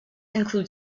include